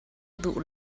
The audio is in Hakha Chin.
duh